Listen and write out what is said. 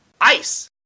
ice